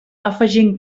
afegint